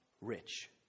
rich